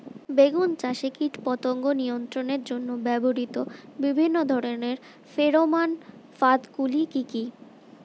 বেগুন চাষে কীটপতঙ্গ নিয়ন্ত্রণের জন্য ব্যবহৃত বিভিন্ন ধরনের ফেরোমান ফাঁদ গুলি কি কি?